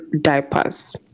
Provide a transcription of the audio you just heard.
diapers